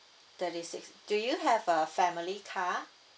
thirty six do you have a family car